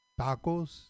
Tacos